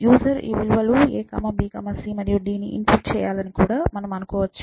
user ఈ విలువలు a b c మరియు d ని ఇన్పుట్ చేయాలని కూడా మనము అనుకోవచ్చు